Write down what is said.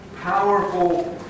powerful